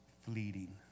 fleeting